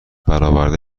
برآورده